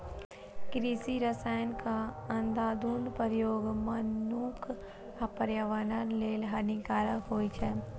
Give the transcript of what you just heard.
कृषि रसायनक अंधाधुंध प्रयोग मनुक्ख आ पर्यावरण लेल हानिकारक होइ छै